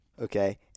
okay